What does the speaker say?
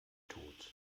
tod